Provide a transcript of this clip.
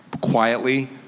quietly